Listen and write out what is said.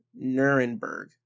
Nuremberg